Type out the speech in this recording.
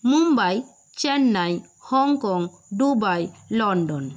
Mumbai Chennai Hong Kong Dubai London